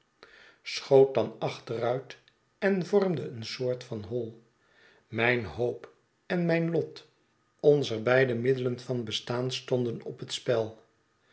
schoot dan achteruit en vormde een soort van hoi mij n hoop en mijn lot onzer beide middelen van bestaan stonden op het spel